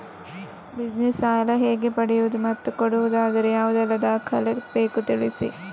Business ಸಾಲ ಹೇಗೆ ಪಡೆಯುವುದು ಮತ್ತು ಕೊಡುವುದಾದರೆ ಯಾವೆಲ್ಲ ದಾಖಲಾತಿ ಬೇಕು ತಿಳಿಸಿ?